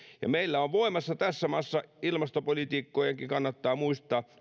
ja meillä on tässä maassa voimassa edelleen huoltovarmuuslaki mikä ilmastopoliitikkojenkin kannattaa muistaa